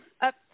up